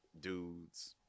dudes